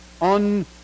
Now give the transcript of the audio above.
on